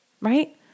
right